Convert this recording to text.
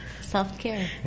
self-care